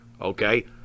Okay